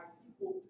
people